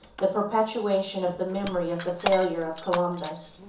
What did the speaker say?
the perpetuation of the memory of the failure of columbus.